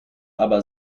aber